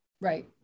Right